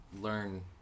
Learn